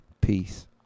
Peace